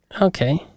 okay